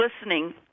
listening